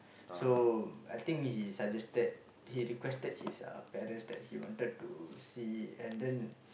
so I think he suggested he requested his parents that he wanted to see and then